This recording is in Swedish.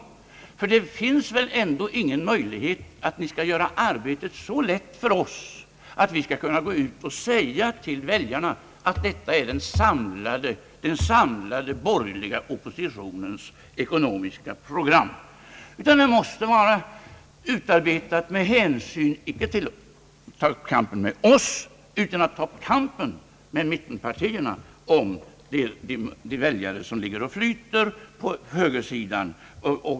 Ty det finns väl ändå ingen möjlighet att ni vill göra arbetet så lätt för oss att vi skulle kunna gå ut och säga till väljarna att detta är den samlade borgerliga oppositionens ekonomiska pre gram? Herr Holmbergs program måste vara utarbetat med hänsyn icke till kampen mot oss utan inför kampen med mittenpartierna om de väljare som ligger och flyter på högersidan.